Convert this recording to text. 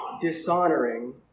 dishonoring